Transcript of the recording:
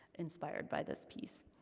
inspired by this piece.